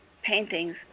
Paintings